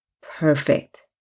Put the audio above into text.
perfect